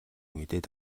мэдээд